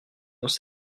dans